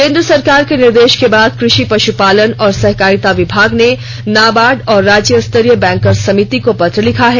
केन्द्र सरकार के निर्देष के बाद कृषि पष्पालन और सहकारिता विभाग ने नाबार्ड और राज्य स्तरीय बैंकर्स समिति को पत्र लिखा है